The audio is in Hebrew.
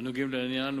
הנוגעים לעניין,